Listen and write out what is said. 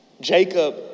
Jacob